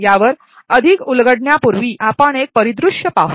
यावर अधिक उलगडण्यापूर्वी आपण एक परिस्थिती पाहू